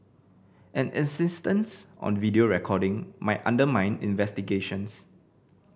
an insistence on video recording might undermine investigations